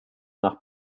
nach